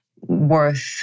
worth